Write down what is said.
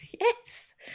Yes